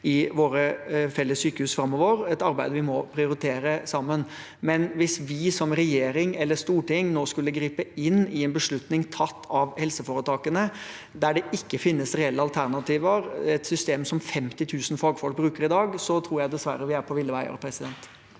i våre felles sykehus framover – et arbeid vi må prioritere sammen – men hvis vi som regjering eller storting nå skulle gripe inn i en beslutning tatt av helseforetakene, der det ikke finnes reelle alternativer til et system som 50 000 fagfolk bruker i dag, tror jeg dessverre vi er på ville veier.